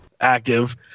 active